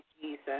Jesus